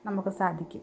നമുക്ക് സാധിക്കും